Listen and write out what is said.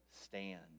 stand